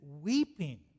weeping